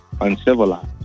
uncivilized